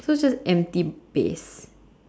so it's just empty base